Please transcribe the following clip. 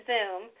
Zoom